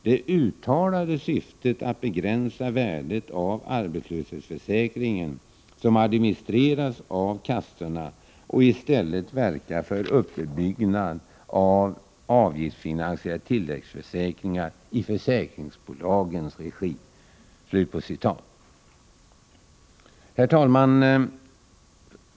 Det uttalade syftet är att begränsa värdet av den arbetslöshetsförsäkring som administreras av kassorna och i stället verka för uppbyggnad av avgiftsfinansierade tilläggsförsäkringar i försäkringsbolagens regi.” Herr talman!